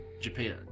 Japan